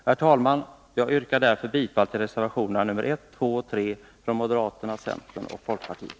Herr talman! Jag yrkar bifall till reservationerna 1, 2 och 3 av moderaterna, centern och folkpartiet.